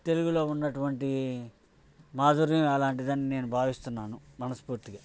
తెలుగులో ఉన్నటువంటి మాధుర్యం అలాంటిది అని నేను భావిస్తున్నాను మనస్పూర్తిగా